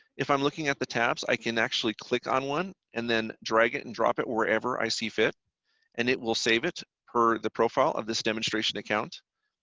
if i'm looking at the tabs, i can actually click on one and then drag and drop it wherever i see fit and it will save it per the profile of this demonstration account.